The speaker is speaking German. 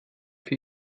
für